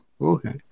Okay